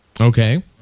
Okay